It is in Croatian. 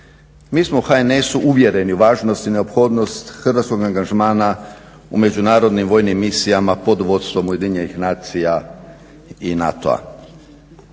Mi smo u HNS-u uvjereni u važnost i neophodnost hrvatskog angažmana u međunarodnim vojnim misijama pod vodstvom UN-a i NATO-a.